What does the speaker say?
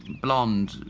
blond,